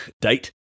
date